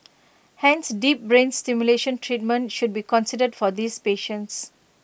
hence deep brain stimulation treatment should be considered for these patients